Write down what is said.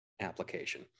application